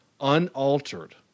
unaltered